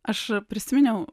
aš prisiminiau